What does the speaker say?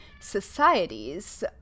societies